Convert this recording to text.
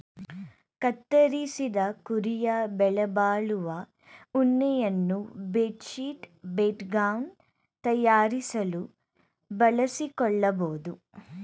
ಕತ್ತರಿಸಿದ ಕುರಿಯ ಬೆಲೆಬಾಳುವ ಉಣ್ಣೆಯನ್ನು ಬೆಡ್ ಶೀಟ್ ಬಟ್ಟೆ ಗೌನ್ ತಯಾರಿಸಲು ಬಳಸಿಕೊಳ್ಳಬೋದು